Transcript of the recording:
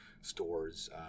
stores